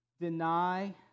deny